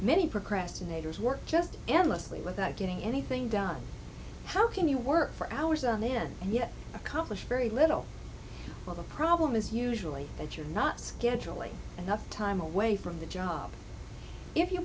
many procrastinators work just endlessly without getting anything done how can you work for hours and then and yet accomplish very little of the problem is usually that you're not scheduling enough time away from the job if you